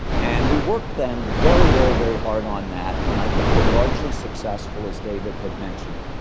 and we worked then very, very, very hard on that, and i think were largely successful, as david had mentioned.